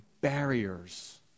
barriers